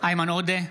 איימן עודה,